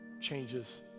changes